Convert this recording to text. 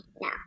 No